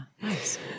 Nice